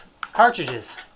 cartridges